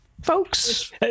folks